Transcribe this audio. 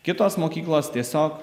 kitos mokyklos tiesiog